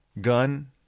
gun